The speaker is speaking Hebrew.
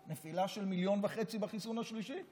נפילה של 1.5 מיליון בחיסון השלישי.